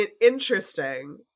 interesting